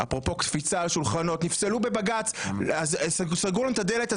אפרופו קפיצה על שולחנות שסגרו להם את הדלת,